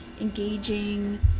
engaging